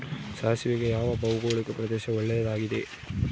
ಸಾಸಿವೆಗೆ ಯಾವ ಭೌಗೋಳಿಕ ಪ್ರದೇಶ ಒಳ್ಳೆಯದಾಗಿದೆ?